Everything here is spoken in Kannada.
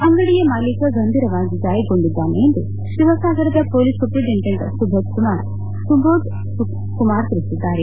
ಅಂಗಡಿಯ ಮಾಲೀಕ ಗಂಭೀರವಾಗಿ ಗಾಯಗೊಂಡಿದ್ಲಾನೆ ಎಂದು ಶಿವಸಾಗರದ ಮೊಲೀಸ್ ಸೂಪರಿಂಟೆಂಡೆಂಟ್ ಸುಭೋದ್ ಕುಮಾರ್ ತಿಳಿಸಿದ್ಲಾರೆ